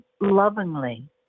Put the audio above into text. lovingly